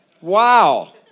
Wow